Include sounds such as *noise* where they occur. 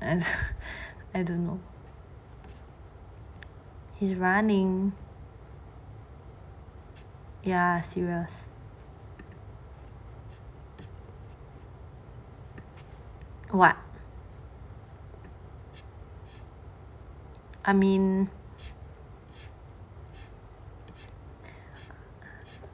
*laughs* I don't know he's running ya serious what I mean